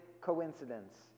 coincidence